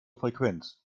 frequenz